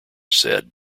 said